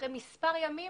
אחרי מספר ימים,